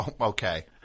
Okay